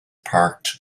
parked